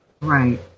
Right